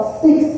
six